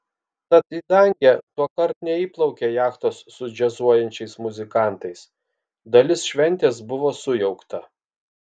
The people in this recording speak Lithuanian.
tad į dangę tuokart neįplaukė jachtos su džiazuojančiais muzikantais dalis šventės buvo sujaukta